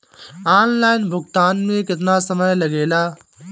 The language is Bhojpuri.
ऑनलाइन भुगतान में केतना समय लागेला?